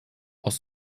aus